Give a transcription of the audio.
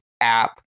app